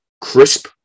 crisp